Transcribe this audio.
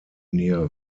near